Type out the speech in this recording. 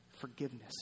forgiveness